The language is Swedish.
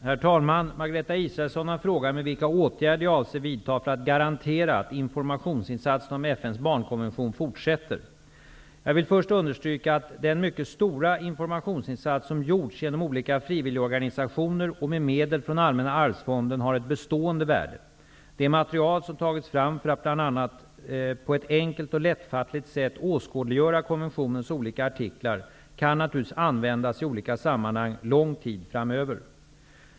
Herr talman! Margareta Israelsson har frågat mig vilka åtgärder jag avser vidta för att garantera att informationsinsatserna om FN:s barnkonvention fortsätter. Jag vill först understryka att den mycket stora informationsinsats som gjorts genom olika frivilligorganisationer och med medel från Allmänna arvsfonden har ett bestående värde. Det material som tagits fram för att bl.a. på ett enkelt och lättfattligt sätt åskådliggöra konventionens olika artiklar kan naturligtvis användas i olika sammanhang lång tid framöver.